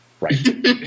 Right